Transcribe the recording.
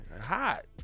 hot